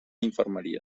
infermeria